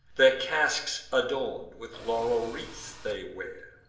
their casques adorn'd with laurel wreaths they wear,